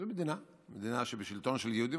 זאת מדינה בשלטון של יהודים,